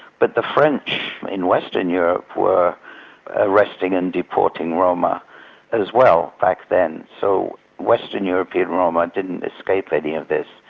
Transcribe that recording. but the french in western europe were arresting and deporting roma as well back then. so western european roma didn't escape any of this.